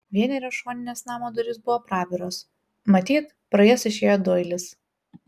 vienerios šoninės namo durys buvo praviros matyt pro jas išėjo doilis